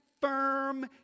firm